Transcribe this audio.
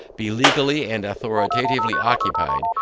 be legally and authoritatively occupied,